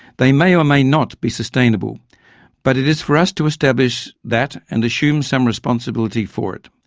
they may or may not be sustainable but it is for us to establish that and assume some responsibility for it.